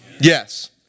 Yes